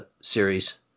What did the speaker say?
series